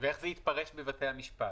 ואיך זה יתפרש בבתי המשפט?